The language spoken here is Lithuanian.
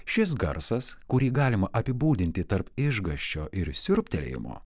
šis garsas kurį galima apibūdinti tarp išgąsčio ir siurbtelėjimo